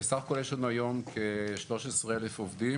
בסך הכול יש לנו היום כ-13,000 עובדים,